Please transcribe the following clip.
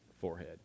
forehead